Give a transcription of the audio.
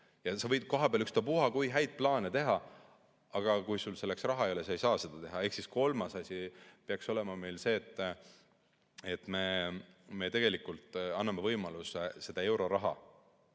Ja sa võid kohapeal ükspuha kui häid plaane teha, aga kui sul selleks raha ei ole, siis ei saa midagi teha. Ehk siis kolmas asi peaks meil olema see, et me tegelikult anname võimaluse euroraha